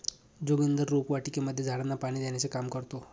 जोगिंदर रोपवाटिकेमध्ये झाडांना पाणी देण्याचे काम करतो